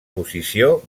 posició